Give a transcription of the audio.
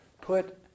put